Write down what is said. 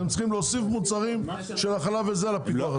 אתם צריכים להוסיף מוצרים על הפיקוח.